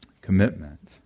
commitment